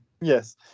Yes